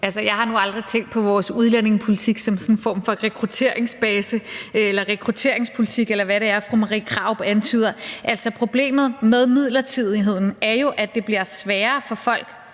jeg har nu aldrig tænkt på vores udlændingepolitik som sådan en form for rekrutteringsbase eller rekrutteringspolitik, eller hvad det er, fru Marie Krarup antyder. Problemet med midlertidigheden er jo, at det bliver sværere for folk